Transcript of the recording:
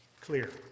clear